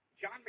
John